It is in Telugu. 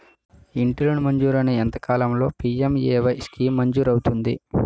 ఇంటి లోన్ మంజూరైన ఎంత కాలంలో పి.ఎం.ఎ.వై స్కీమ్ మంజూరు అవుతుంది?